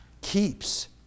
Keeps